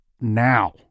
now